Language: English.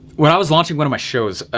when i was launching one of my shows,